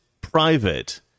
private